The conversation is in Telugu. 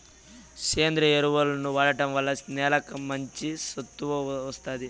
సేంద్రీయ ఎరువులను వాడటం వల్ల నేలకు మంచి సత్తువ వస్తాది